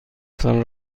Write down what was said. تان